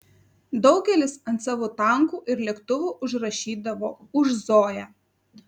daugelis ant savo tankų ir lėktuvų užrašydavo už zoją